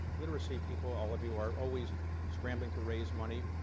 literacy people, all of you, are always scrambling to raise money.